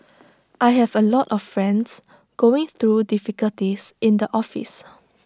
I have A lot of friends going through difficulties in the office